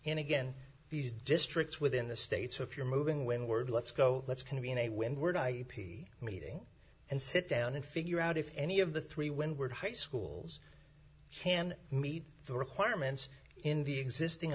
and again these districts within the states or if you're moving when word let's go let's convene a windward i p meeting and sit down and figure out if any of the three when we're high schools can meet the requirements in the existing